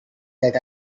that